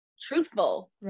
truthful